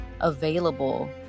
available